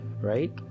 right